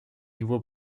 nouveau